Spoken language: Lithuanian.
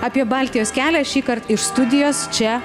apie baltijos kelią šįkar iš studijos čia